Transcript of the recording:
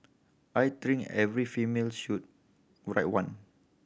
I think every family should write one